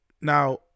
now